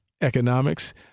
economics